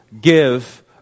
give